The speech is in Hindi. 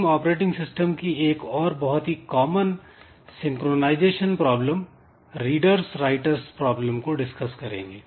अब हम ऑपरेटिंग सिस्टम की एक और बहुत ही common synchronization problem "readers writers" problem को डिस्कस करेंगे